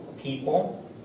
People